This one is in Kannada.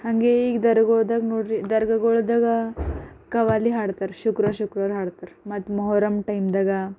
ಹಾಗೆ ಈಗ ದರ್ಗದಾಗ ನೋಡಿರಿ ದರ್ಗಾಗಳಾಗ ಕವ್ವಾಲಿ ಹಾಡ್ತಾರೆ ಶುಕ್ರವಾರ ಶುಕ್ರವಾರ ಹಾಡ್ತಾರೆ ಮತ್ತು ಮೊಹರಮ್ ಟೈಮ್ದಾಗ